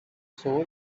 soul